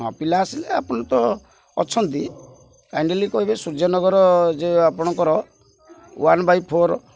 ହଁ ପିଲା ଆସିଲେ ଆପଣ ତ ଅଛନ୍ତି କାଇଣ୍ଡଲି କହିବେ ସୂର୍ଯ୍ୟ ନଗର ଯେ ଆପଣଙ୍କର ୱାନ୍ ବାଇ୍ ଫୋର୍